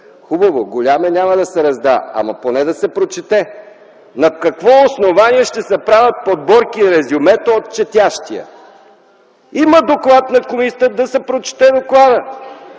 Хубаво, голям е, няма да се раздава, ама поне да се прочете. На какво основание ще се правят подборки и резюмета от четящия? Има доклад на комисията, да се прочете докладът.